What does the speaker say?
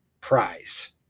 Prize